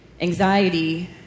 Anxiety